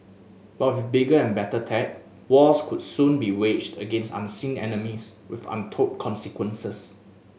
but with bigger and better tech wars could soon be waged against unseen enemies with untold consequences